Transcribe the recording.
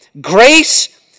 grace